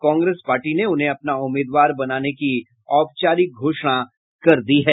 Congress party ने उन्हें अपना उम्मीदवार बनाने की औपचारिक घोषणा कर दी है